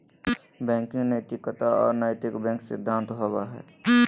banking नैतिकता और नैतिक बैंक सिद्धांत होबो हइ